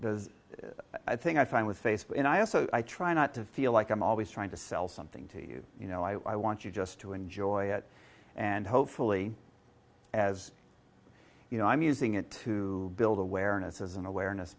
because i think i find with facebook and i also i try not to feel like i'm always trying to sell something to you you know i want you just to enjoy it and hopefully as you know i'm using it to build awareness as an awareness